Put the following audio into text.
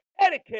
etiquette